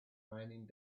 raining